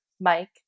Mike